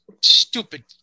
stupid